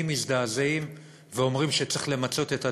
מזדעזעים ואומרים שצריך למצות את הדין,